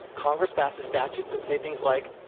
c ongress passes statutes that say things like,